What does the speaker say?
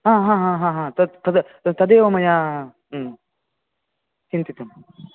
हा हा हा हा हा तत् तत् तदेव मया चिन्तितं